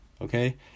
Okay